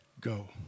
go